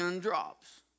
drops